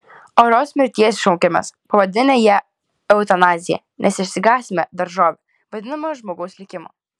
orios mirties šaukiamės pavadinę ją eutanazija nes išsigąstame daržove vadinamo žmogaus likimo